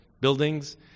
buildings